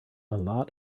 lot